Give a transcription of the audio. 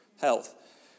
Health